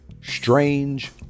strange